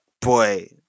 boy